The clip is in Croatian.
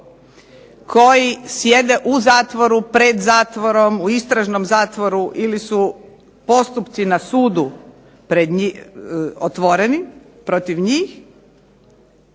koji sjede u zatvoru, pred zatvorom, u istražnom zatvoru ili su postupci na sudu otvoreni protiv njih,